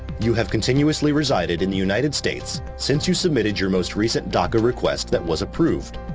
you have continuously resided in the united states since you submitted your most recent daca request that was approved.